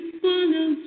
follow